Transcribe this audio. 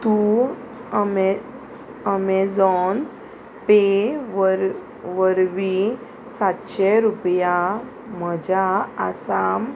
तूं अमे Amazon Pay वर वरवीं सातशें रुपया म्हज्या आसाम